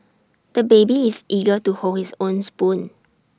the baby is eager to hold his own spoon